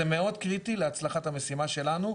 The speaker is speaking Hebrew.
זה מאוד קריטי להצלחת המשימה שלנו,